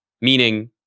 Meaning